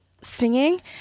singing